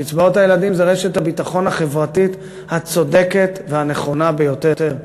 קצבאות הילדים הן רשת הביטחון החברתית הצודקת והנכונה ביותר,